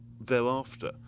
thereafter